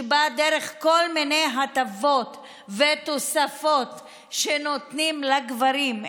שבא דרך כל מיני הטבות ותוספות שנותנים לגברים,